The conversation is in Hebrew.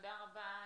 תודה רבה,